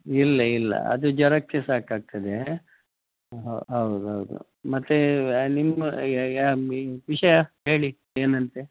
ಇಲ್ಲ ಇಲ್ಲ ಅದು ಜೆರಾಕ್ಸೇ ಸಾಕಾಗ್ತದೆ ಹ್ ಹೌದು ಹೌದು ಮತ್ತು ಇವಾಗ ನಿಮ್ಮ ವಿಷಯ ಹೇಳಿ ಏನಂತೆ